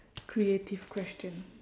creative question